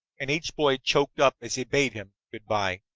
and each boy choked up as he bade him good-by.